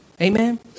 Amen